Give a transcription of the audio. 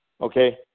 okay